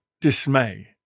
dismay